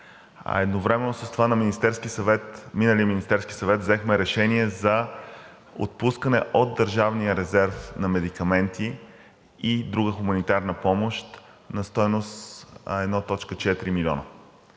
Министерски съвет – на миналия Министерски съвет, взехме решение за отпускане от държавния резерв на медикаменти и друга хуманитарна помощ на стойност 1,4 милиона,